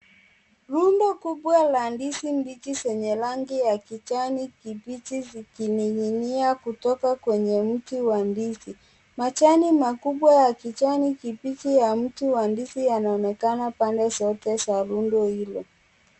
Rundo kubwa la ndizi mbichi zenye rangi ya kijani kibichi zikininginia kutoka kwenye mti wa ndizi, majani makubwa ya kijani kibichi ya mti wa ndizi yaonekana pande zote za rundo hilo.